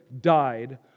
died